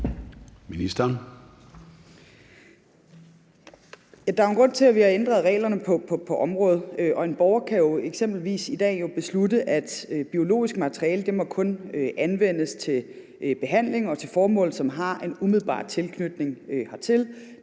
Der er jo en grund til, at vi har ændret reglerne på området. En borger kan jo eksempelvis i dag beslutte, at biologisk materiale kun må anvendes ved behandling og til formål, som har en umiddelbar tilknytning dertil.